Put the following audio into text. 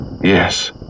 Yes